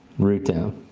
root down.